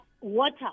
water